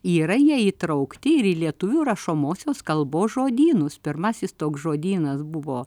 yra jie įtraukti ir į lietuvių rašomosios kalbos žodynus pirmasis toks žodynas buvo